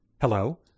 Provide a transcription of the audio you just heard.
Hello